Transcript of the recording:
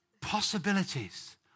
possibilities